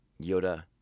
Yoda